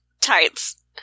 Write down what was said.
tights